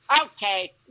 okay